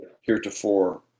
heretofore